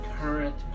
current